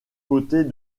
côtés